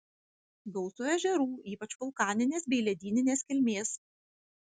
gausu ežerų ypač vulkaninės bei ledyninės kilmės